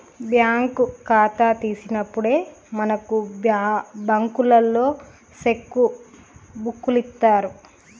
bank ఖాతా తీసినప్పుడే మనకు బంకులోల్లు సెక్కు బుక్కులిత్తరు